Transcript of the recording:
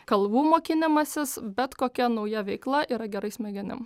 kalbų mokinimasis bet kokia nauja veikla yra gerai smegenim